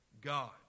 God